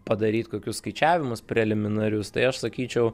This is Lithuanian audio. padaryt kokius skaičiavimus preliminarius tai aš sakyčiau